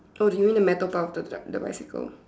oh you mean the metal part of the bicycle